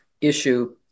issue